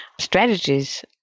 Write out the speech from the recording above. strategies